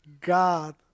God